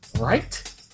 right